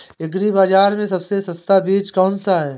Agree बाज़ार में सबसे सस्ता बीज कौनसा है?